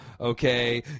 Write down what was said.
okay